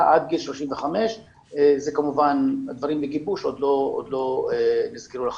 עד גיל 35. הדברים בגיבוש ועוד לא נסגרו לחלוטין.